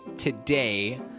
today